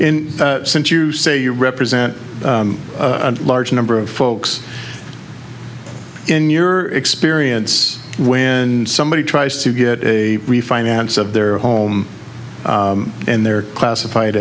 that since you say you represent a large number of folks in your experience when somebody tries to get a refinance of their home and they're classified